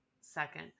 second